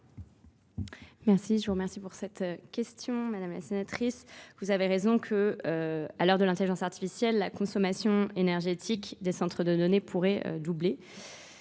Merci, je vous remercie pour cette question madame la sénatrice. Vous avez raison qu'à l'heure de l'intelligence artificielle, la consommation énergétique des centres de données pourrait doubler